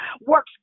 works